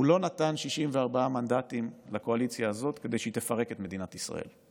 הוא לא נתן 64 מנדטים לקואליציה הזאת כדי שהיא תפרק את מדינת ישראל.